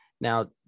now